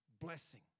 blessing